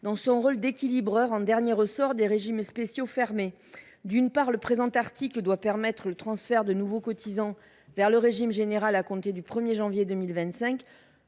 dans son rôle d’équilibreur en dernier ressort desdits régimes. Le présent article doit permettre le transfert de nouveaux cotisants vers le régime général à compter du 1 janvier 2025.